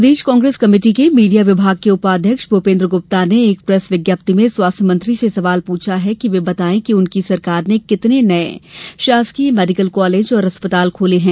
प्रदेश Congress committee के media विभाग के उपाध्यक्ष भूपेन्द्र गुप्ता ने एक प्रेस विज्ञप्ति में स्वास्थ्य मंत्री से सवाल पूछा है कि वे बतायें कि उनकी सरकार ने कितने नये शासकीय मेडिकल कालेज और अस्पताल खोले हैं